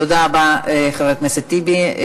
תודה רבה, חבר הכנסת טיבי.